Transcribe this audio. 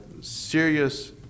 serious